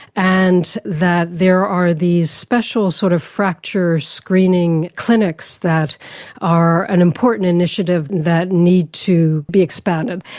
and that there are these special sort of fracture screening clinics that are an important initiative that need to be expanded.